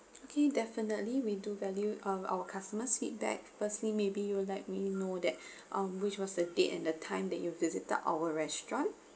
okay definitely we do value um our customers' feedback firstly maybe you will let me know that um which was the date and the time that you've visited our restaurant